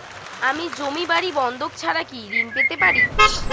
আমি জমি বাড়ি বন্ধক ছাড়া কি ঋণ পেতে পারি?